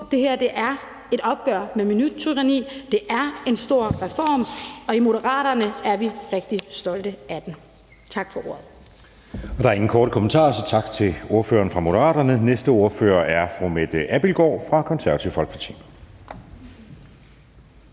det her er et opgør med minuttyranni. Det er en stor reform, og i Moderaterne er vi rigtig stolte af den. Tak for ordet. Kl. 10:32 Anden næstformand (Jeppe Søe): Der er ingen korte bemærkninger, så tak til ordføreren fra Moderaterne. Den næste ordfører er fru Mette Abildgaard fra Det Konservative Folkeparti.